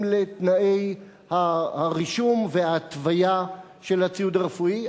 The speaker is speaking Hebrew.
לתנאי הרישום וההתוויה של הציוד הרפואי.